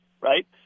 right